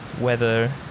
weather